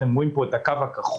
אתם רואים פה את הקו הכחול,